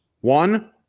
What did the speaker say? One